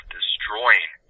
destroying